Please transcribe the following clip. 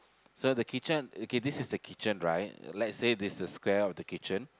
so the kitchen okay so this is the kitchen right let's say this is square of the kitchen